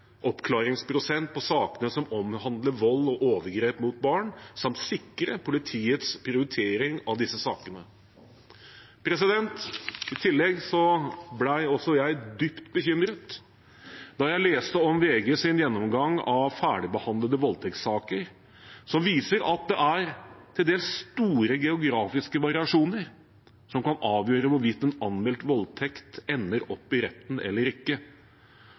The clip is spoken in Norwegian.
oppklaringsprosent i sakene som omhandler vold og overgrep mot barn, samt sikre politiets prioritering av disse sakene. I tillegg ble også jeg dypt bekymret da jeg leste VGs gjennomgang av ferdigbehandlede voldtektssaker, som viser at det er til dels store geografiske variasjoner i hva som kan avgjøre hvorvidt en anmeldt voldtekt ender opp i retten eller ikke.